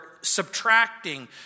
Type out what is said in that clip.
Subtracting